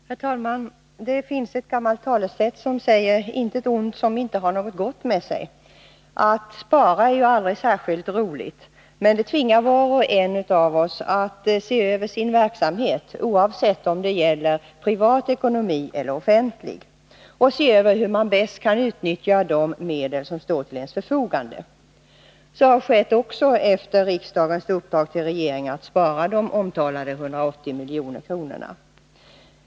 Herr talman! Det finns ett gammalt talesätt som säger: ”Intet ont som inte har något gott med sig.” Att spara är aldrig särskilt roligt, men det tvingar var och en av oss att se över sin verksamhet — oavsett om det gäller privat ekonomi eller offentlig — och se över hur man bäst kan utnyttja de medel som står till ens förfogande. Så har skett också efter riksdagens upppdrag till regeringen att spara de omtalade 180 milj.kr.